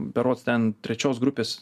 berods ten trečios grupės